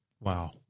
Wow